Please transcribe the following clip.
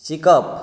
शिकप